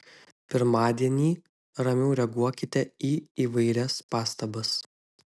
pirmadienį ramiau reaguokite į įvairias pastabas